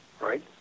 right